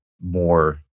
more